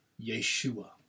Yeshua